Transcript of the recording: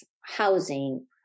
housing